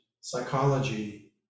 psychology